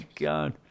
God